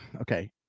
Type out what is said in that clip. okay